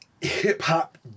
hip-hop